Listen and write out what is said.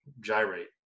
gyrate